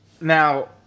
Now